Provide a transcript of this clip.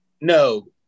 No